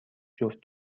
جفت